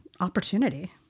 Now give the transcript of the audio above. opportunity